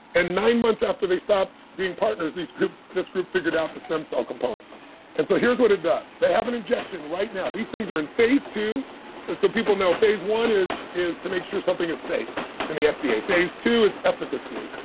and nine months after they stopped being partners, this group figured out the stem cell component and so here's what it does. they have an injection right now, these things are in phase two and so people know, phase one is is to make sure something is safe in the fda. yeah phase two is efficacy.